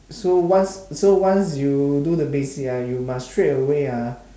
so once so once you do the basic ah you must straight away ah